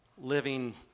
living